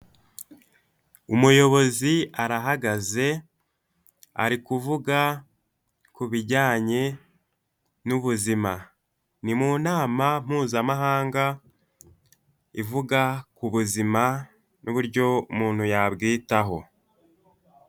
Umuyobozi arahagaze ari kuvuga ku bijyanye n'ubuzima ni mu nama mpuzamahanga ivuga ku buzima n'uburyo umuntu yabwitaho.